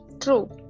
true